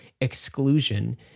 exclusion